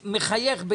מחייך,